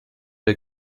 der